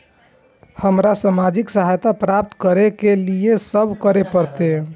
हमरा सामाजिक सहायता प्राप्त करय के लिए की सब करे परतै?